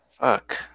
Fuck